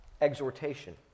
exhortation